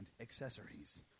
accessories